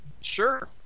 Sure